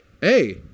Hey